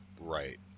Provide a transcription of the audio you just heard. Right